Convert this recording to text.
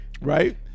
right